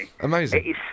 Amazing